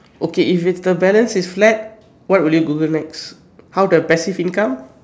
okay if it's the balance is flat what will you Google next how to have the passive income